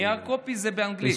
נייר קופי זה באנגלית.